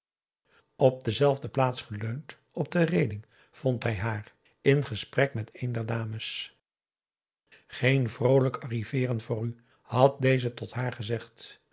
op dezelfde plaats geleund op de reeling vond hij haar in gesprek met een der dames geen vroolijk arriveeren voor u had deze tot haar gezegd